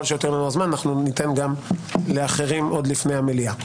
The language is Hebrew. שיהיה זמן ניתן גם לאחרים עוד לפני המליאה.